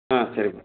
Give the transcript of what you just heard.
ஆ சரி மேடம்